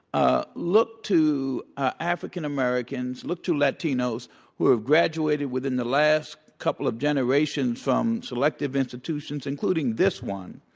ah look to ah african-americans, look to latinos who are graduated within the last couple of generations from selective institutions, including this one.